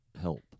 help